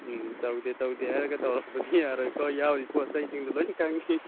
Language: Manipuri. ꯎꯝ ꯇꯧꯗꯦ ꯇꯧꯗꯦ ꯍꯥꯏꯔꯒ ꯇꯧꯔꯝꯕꯗꯤ ꯌꯥꯔꯣꯏꯀꯣ ꯌꯥꯎꯔꯤ ꯄꯣꯠ ꯆꯩꯁꯤꯡꯗꯣ ꯂꯣꯏꯅ ꯈꯪꯉꯤ